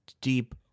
deep